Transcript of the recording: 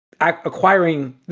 acquiring